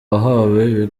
wahawe